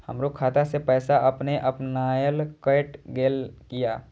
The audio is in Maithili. हमरो खाता से पैसा अपने अपनायल केट गेल किया?